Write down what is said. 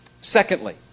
Secondly